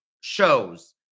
shows